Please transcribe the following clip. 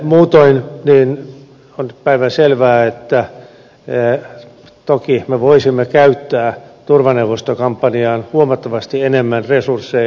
muutoin on päivänselvää että toki me voisimme käyttää turvaneuvostokampanjaan huomattavasti enemmän resursseja